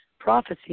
prophecy